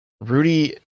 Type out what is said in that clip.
Rudy